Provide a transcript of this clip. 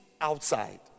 outside